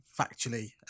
factually